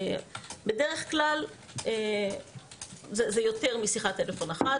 בדרך כלל זה יותר משיחת טלפון אחת,